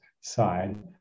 side